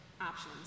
options